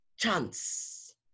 Chance